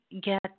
get